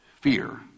Fear